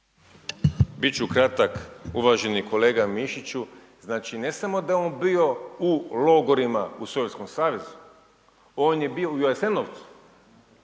ću kratak. Uvaženi kolega Mišiću, znači ne samo da je on bio u logorima u Sovjetskom savezu, on je bio i u Jasenovcu,